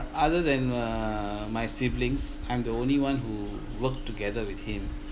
other than err my siblings I'm the only one who worked together with him